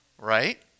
right